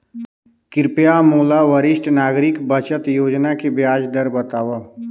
कृपया मोला वरिष्ठ नागरिक बचत योजना के ब्याज दर बतावव